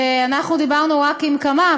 ואנחנו דיברנו רק עם כמה,